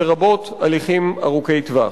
לרבות הליכים ארוכי טווח.